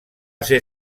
ser